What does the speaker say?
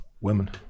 Women